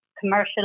commercial